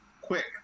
quick